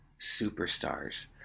Superstars